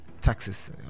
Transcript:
taxes